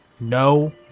No